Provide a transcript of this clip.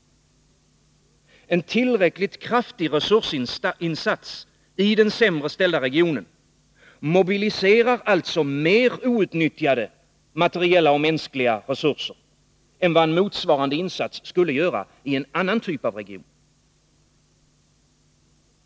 En tillräckligt kraftig resursinsats i den sämre ställda regionen mobiliserar alltså mer outnyttjade materiella och mänskliga resurser än vad en motsvarande insats skulle göra i en annan typ av region.